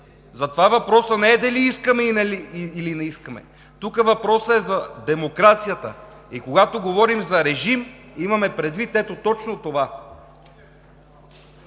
Затова въпросът не е дали искаме, или не искаме. Тук въпросът е за демокрацията. Когато говорим за режим, имаме предвид точно това.